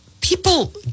people